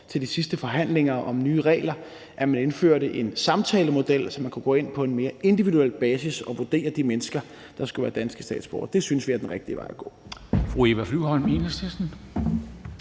ved de sidste forhandlinger om nye regler, at man indførte en samtalemodel, så man på mere individuel basis kunne gå ind og vurdere de mennesker, der skulle være danske statsborgere. Det synes vi er den rigtige vej at gå.